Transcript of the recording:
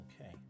Okay